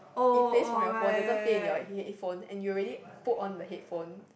it plays from your phone doesn't play in your headphone and you already put on the headphone